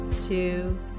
Two